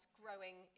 growing